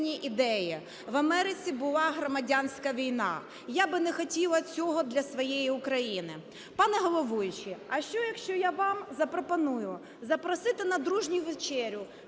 В Америці була громадянська війна. Я би не хотіла цього для своєї України. Пане головуючий, а що, якщо я вам запропоную запросити на дружню вечерю